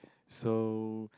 so